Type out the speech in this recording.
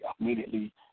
immediately